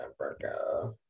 Africa